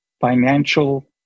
financial